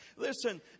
Listen